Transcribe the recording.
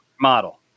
model